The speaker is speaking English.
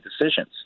decisions